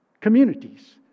communities